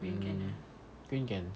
mm queen can